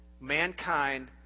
Mankind